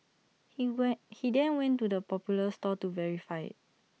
he went he then went to the popular store to verify IT